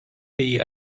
bei